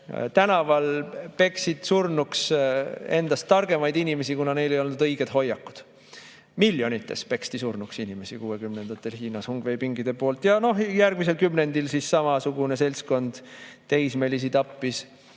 tänaval peksid surnuks endast targemaid inimesi, kuna neil ei olnud õiged hoiakud. Miljonites peksti inimesi surnuks kuuekümnendatel Hiinas hungveipingide poolt. Järgmisel kümnendil samasugune seltskond teismelisi tappis